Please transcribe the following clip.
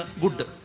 good